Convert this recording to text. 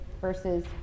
versus